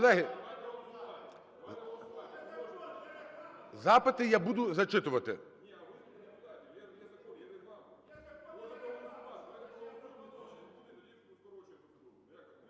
Колеги, запити я буду зачитувати.